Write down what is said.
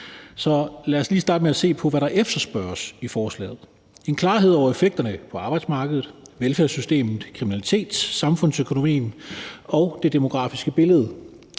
Lad os lige starte med at se på, hvad der efterspørges i forslaget: en klarhed over effekterne på arbejdsmarkedet, velfærdssystemet, kriminaliteten, samfundsøkonomien og det demografiske billede.